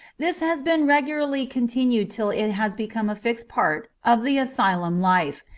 this has been regularly continued till it has become a fixed part of the asylum life,